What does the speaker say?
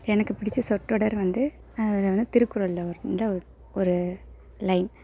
எனக்கு பிடிச்ச சொற்றொடர் வந்து அது வந்து திருக்குறள்ல வந்த ஒ ஒரு லைன்